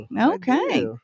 Okay